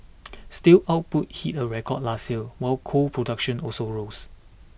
steel output hit a record last year while coal production also rose